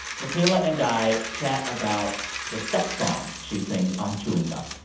michaela and i chat about the sex song she sings on chewing gum.